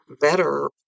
better